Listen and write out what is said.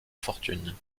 fortune